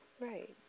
Right